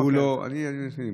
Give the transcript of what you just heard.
שהוא לא, בוא נכבד, אני משלים.